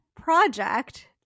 project